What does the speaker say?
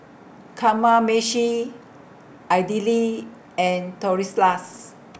Kamameshi Idili and